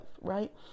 right